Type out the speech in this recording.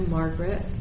Margaret